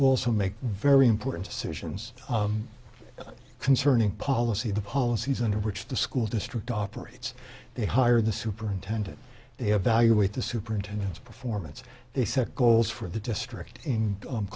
also make very important decisions concerning policy the policies in which the school district operates they hire the superintendent they evaluate the superintendents performance they set goals for the district